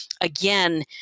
again